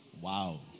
Wow